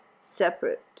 separate